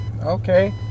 okay